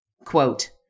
Quote